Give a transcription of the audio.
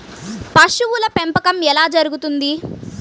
పశువుల పెంపకం ఎలా జరుగుతుంది?